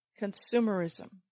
consumerism